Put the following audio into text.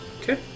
Okay